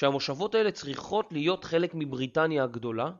והמושבות האלה צריכות להיות חלק מבריטניה הגדולה